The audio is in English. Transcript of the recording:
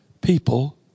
People